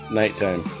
nighttime